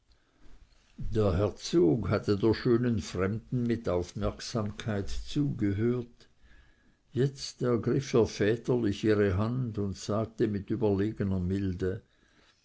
der herzog hatte der schönen fremden mit aufmerksamkeit zugehört jetzt ergriff er väterlich ihre hand und sagte mit überlegener milde